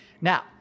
now